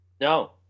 No